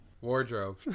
wardrobe